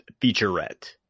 featurette